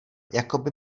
jakoby